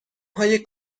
های